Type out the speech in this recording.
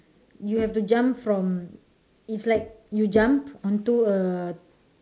you have to jump from is like you jump onto a